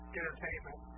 entertainment